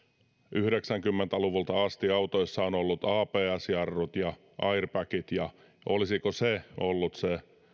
yhdeksänkymmentä luvulta asti autoissa on ollut abs jarrut ja airbagit ja olisiko se ollut se